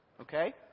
okay